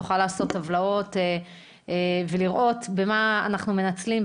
תוכל לעשות טבלאות ולראות במה אנחנו מנצלים,